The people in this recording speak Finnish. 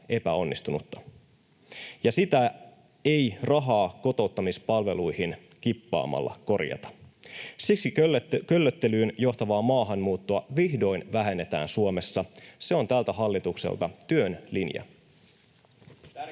sitä ei rahaa kotouttamispalveluihin kippaamalla korjata. Siksi köllöttelyyn johtavaa maahanmuuttoa vihdoin vähennetään Suomessa. Se on tältä hallitukselta työn linja.